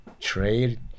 trade